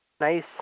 nice